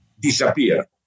disappear